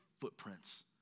footprints